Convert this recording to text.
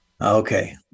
Okay